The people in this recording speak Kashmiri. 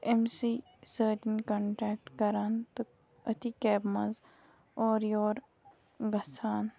أمۍ سٕے سۭتۍ کَنٹیکٹ کَران تہٕ أتھی کیبہِ منٛز اور یور گژھان